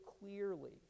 clearly